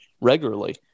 regularly